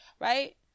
right